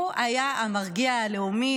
הוא היה המרגיע הלאומי,